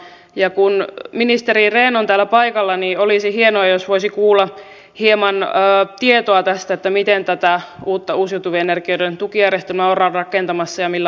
ja kun ministeri rehn on täällä paikalla niin olisi hienoa jos voisi kuulla hieman tästä miten tätä uutta uusiutuvien energioiden tukijärjestelmää ollaan rakentamassa ja millä aikataululla